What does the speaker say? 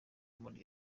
muri